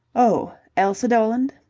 oh, elsa doland?